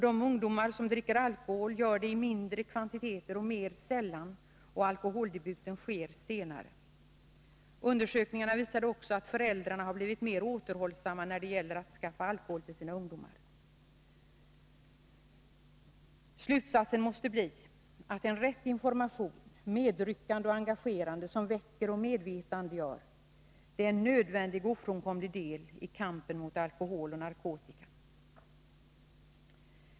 De ungdomar som dricker alkohol gör det i mindre kvantiteter och mer sällan, och alkoholdebuten sker senare. Undersökningarna visar också att föräldrarna har blivit mer återhållsamma när det gäller att skaffa alkohol till sina ungdomar. Slutsatsen måste bli att rätt information, medryckande och engagerande, som väcker och medvetandegör, är en nödvändig och ofrånkomlig del i kampen mot alkohol och narkotika.